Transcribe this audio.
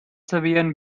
sabien